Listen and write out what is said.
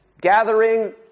Gathering